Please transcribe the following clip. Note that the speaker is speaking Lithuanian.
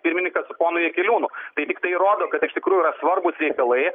pirmininkas su ponu jakeliūnu tai tiktai įrodo kad iš tikrųjų yra svarbūs reikalai